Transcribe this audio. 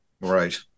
Right